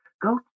Go